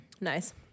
Nice